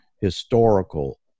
historical